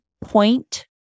point